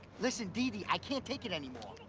listen, deedee, i can't take it anymore.